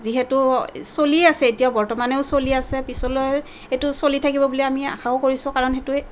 যিহেতু চলি আছে এতিয়া বৰ্তমানেও চলি আছে পিছলৈ এইটো চলি থাকিব বুলি আমি আশাও কৰিছোঁ কাৰণ সেইটোৱে